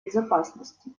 безопасности